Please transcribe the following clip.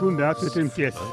metų tremties